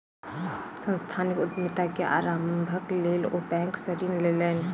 सांस्थानिक उद्यमिता के आरम्भक लेल ओ बैंक सॅ ऋण लेलैन